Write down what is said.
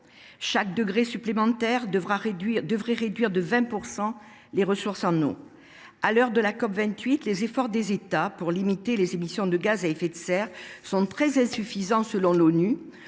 Chaque degré supplémentaire devrait réduire de 20 % les ressources en eau. À l’heure de la COP28, l’ONU estime que les efforts des États pour limiter les émissions de gaz à effet de serre sont très insuffisants. Aucun des